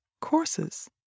courses